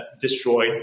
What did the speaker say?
destroyed